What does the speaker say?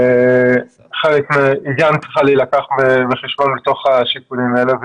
וגם היא צריכה להילקח בחשבון בתוך השיקולים האלה.